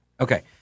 Okay